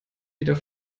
wieder